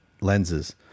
lenses